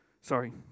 Sorry